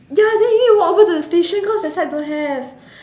ya then you need to walk over to the station cause that side don't have